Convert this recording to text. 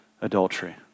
adultery